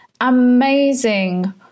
amazing